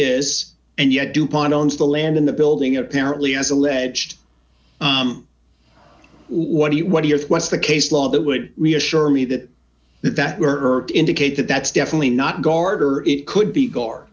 is and yet dupont owns the land in the building apparently as alleged what do you what are your what's the case law that would reassure me that that merck indicate that that's definitely not guard or it could be g